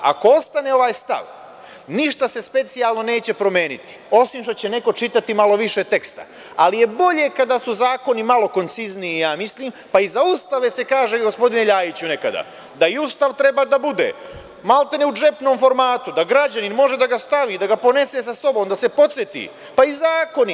Ako ostane ovaj stav, ništa se specijalno neće promeniti, osim što će neko čitati malo više teksta, ali je bolje kada su zakoni i malo koncizniji, mislim, pa i za Ustav se kaže, gospodine Ljajiću, nekada da i Ustav treba da bude maltene u džepnom formati, da građanin može da ga stavi, da ga ponese sa sobom, da se podseti, pa i zakoni.